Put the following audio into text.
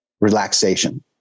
relaxation